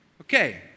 okay